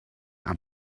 and